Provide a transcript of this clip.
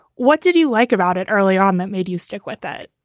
what did you like about it early on that made you stick with that?